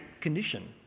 condition